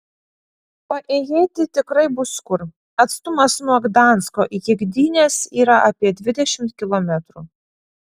paėjėti tikrai bus kur atstumas nuo gdansko iki gdynės yra apie dvidešimt kilometrų